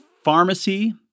pharmacy